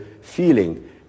feeling